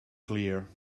clear